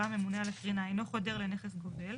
הממונה על הקרינה אינו חודר לנכס גובל,